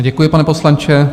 Děkuji, pane poslanče.